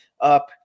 up